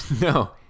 no